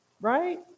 Right